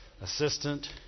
Assistant